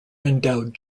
endowed